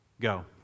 Go